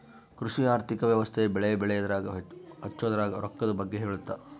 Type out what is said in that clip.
ಕೃಷಿ ಆರ್ಥಿಕ ವ್ಯವಸ್ತೆ ಬೆಳೆ ಬೆಳೆಯದ್ರಾಗ ಹಚ್ಛೊದ್ರಾಗ ರೊಕ್ಕದ್ ಬಗ್ಗೆ ಹೇಳುತ್ತ